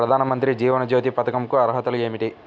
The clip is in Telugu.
ప్రధాన మంత్రి జీవన జ్యోతి పథకంకు అర్హతలు ఏమిటి?